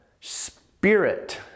spirit